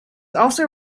also